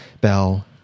bell